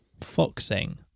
Foxing